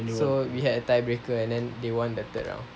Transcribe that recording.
so we had a tiebreaker and then they won the third round